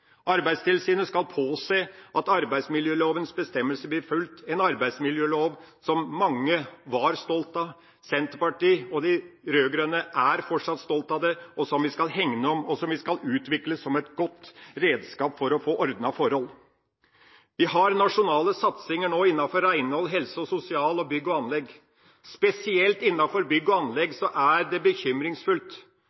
Arbeidstilsynet skal påse at arbeidsmiljølovens bestemmelser blir fulgt, en arbeidsmiljølov som mange var stolt av – Senterpartiet og de andre rød-grønne er fortsatt stolt av den – som vi skal hegne om, og som vi skal utvikle som et godt redskap for å få ordnede forhold. Vi har nå nasjonale satsinger innenfor renhold, helse og sosial og bygg og anlegg. Spesielt innenfor bygg og anlegg